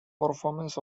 performances